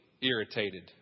irritated